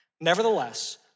nevertheless